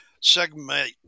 segment